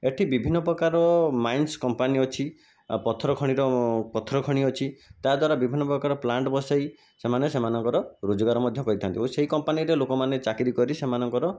ଏଠି ବିଭିନ୍ନ ପ୍ରକାର ମାଇନ୍ସ କମ୍ପାନୀ ଅଛି ଆଉ ପଥର ଖଣିର ପଥର ଖଣି ଅଛି ତା ଦ୍ୱାରା ବିଭିନ୍ନ ପ୍ରକାର ପ୍ଳାଣ୍ଟ ବସାଇ ସେମାନେ ସେମାନଙ୍କର ରୋଜଗାର ମଧ୍ୟ କରିଥାନ୍ତି ଓ ସେହି କମ୍ପାନୀରେ ଲୋକମାନେ ଚାକିରି କରି ସେମାନଙ୍କର